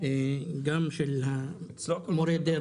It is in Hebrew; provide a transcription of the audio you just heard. גם של מורי הדרך.